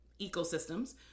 ecosystems